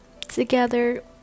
Together